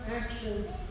actions